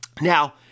Now